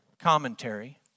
commentary